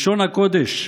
לשון הקודש,